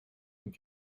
und